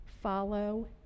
follow